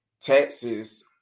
Texas